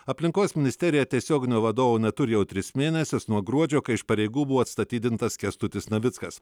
aplinkos ministerija tiesioginio vadovo neturi jau tris mėnesius nuo gruodžio kai iš pareigų buvo atstatydintas kęstutis navickas